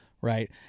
right